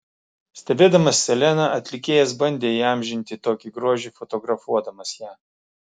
stebėdamas seleną atlikėjas bandė įamžinti tokį grožį fotografuodamas ją